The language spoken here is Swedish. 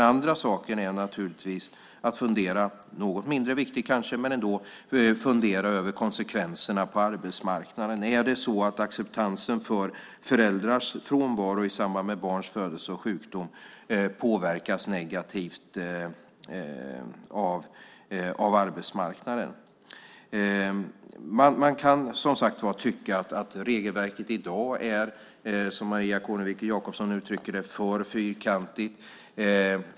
För det andra, något mindre viktigt kanske, måste man naturligtvis fundera över konsekvenserna på arbetsmarknaden. Är det så att acceptansen för föräldrars frånvaro i samband med barns födelse och sjukdom påverkas negativt? Man kan tycka att regelverket i dag är för fyrkantigt, som Maria Kornevik Jakobsson uttrycker det.